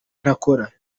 ntakora